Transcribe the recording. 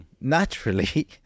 Naturally